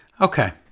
Okay